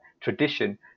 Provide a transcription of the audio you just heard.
tradition